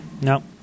No